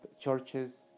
churches